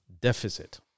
deficit